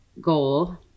goal